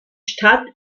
stadt